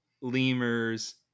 lemurs